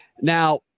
Now